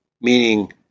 meaning